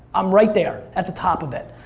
i'm right there at the top of it.